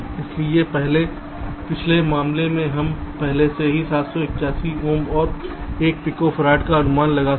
इसलिए पिछले मामले में हम पहले ही इस 781 ओम और 1 पिकोफैराड का अनुमान लगा चुके हैं